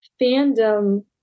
fandom